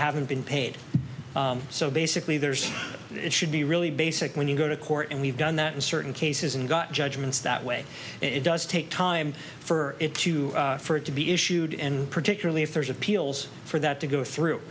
haven't been paid so basically there's it should be really basic when you go to court and we've done that in certain cases and got judgments that way it does take time for it to for it to be issued and particularly if there's appeals for that to go through